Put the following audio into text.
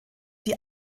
die